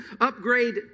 upgrade